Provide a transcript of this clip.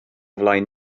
flaen